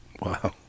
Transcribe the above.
wow